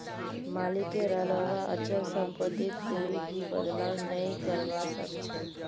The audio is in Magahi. मालिकेर अलावा अचल सम्पत्तित कोई भी बदलाव नइ करवा सख छ